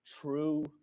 true